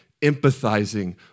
empathizing